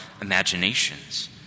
imaginations